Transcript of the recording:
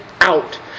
out